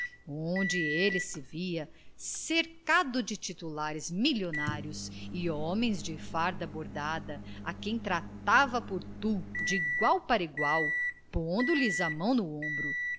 onde ele se via cercado de titulares milionários e homens de farda bordada a quem tratava por tu de igual para igual pondo lhes a mão no ombro